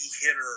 hitter